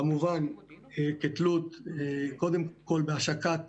כמובן, כתלות קודם כל בהשקת